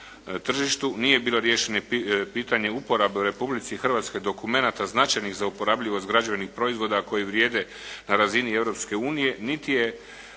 Nije bilo riješeno pitanje uporabe u Republici Hrvatskoj dokumenata značajnih za uporabljivost građevnih proizvoda koji vrijede na razini Europske